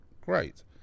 great